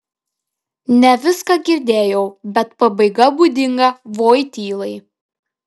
ne viską girdėjau bet pabaiga būdinga voitylai